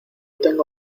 tengo